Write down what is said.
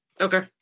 Okay